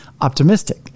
optimistic